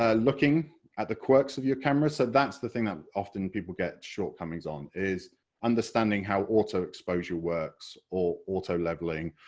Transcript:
um looking at the quirks of your camera, so that's the thing that often people get shortcomings on, is understanding how auto-exposure works, or auto-levelling,